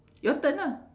your turn ah